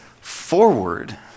forward